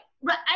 Right